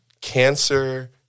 Cancer